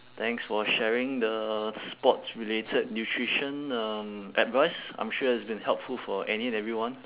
thanks for sharing the sports related nutrition um advice I'm sure it has been helpful for any and everyone